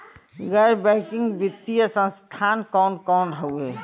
गैर बैकिंग वित्तीय संस्थान कौन कौन हउवे?